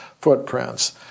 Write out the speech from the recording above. footprints